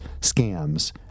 scams